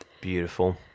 Beautiful